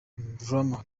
drama